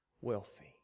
wealthy